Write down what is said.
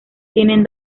tienen